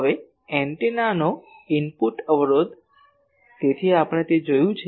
હવે એન્ટેનાનો ઇનપુટ અવરોધ તેથી આપણે તે જોયું છે